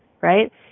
right